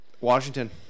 Washington